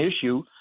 issue